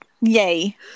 yay